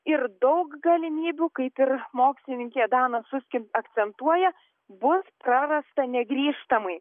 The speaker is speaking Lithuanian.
ir daug galimybių kaip ir mokslininkė dana suskin akcentuoja bus prarasta negrįžtamai